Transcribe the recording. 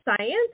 science